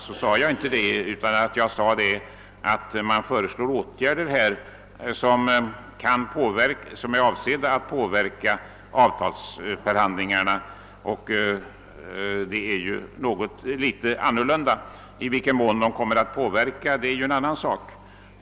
Det har jag inte påstått; jag har sagt att regeringen föreslår åtgärder som är avsedda att påverka avtalsförhandlingarna, och det är inte riktigt detsamma. I vilken mån de sedan kommer att påverka förhandlingarna är en annan sak.